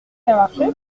marcher